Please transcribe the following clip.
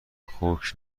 خوک